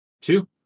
Two